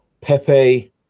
Pepe